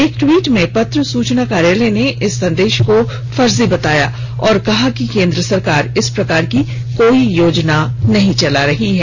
एक ट्वीट में प्रत्र सूचना कार्यालय ने इस संदेश को फर्जी बताया और कहा है कि केन्द्र सरकार इस प्रकार की कोई योजना नहीं चला रही है